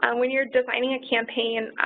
and when you're designing a campaign,